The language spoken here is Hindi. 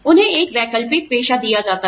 उन्हें एक वैकल्पिक पेशा दिया जाता है